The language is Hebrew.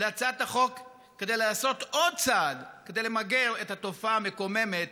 להצעת החוק כדי לעשות עוד צעד כדי למגר את התופעה המקוממת